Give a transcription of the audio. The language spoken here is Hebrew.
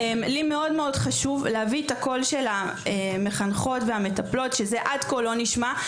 לי חשוב מאוד להביא את הקול של המחנכות והמטפלות שזה עד כה לא נשמע.